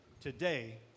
today